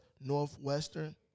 Northwestern